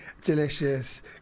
delicious